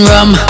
Rum